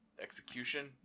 Execution